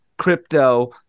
crypto